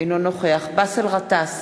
אינו נוכח באסל גטאס,